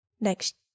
Next